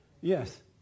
Yes